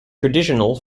traditional